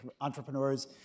entrepreneurs